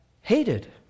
hated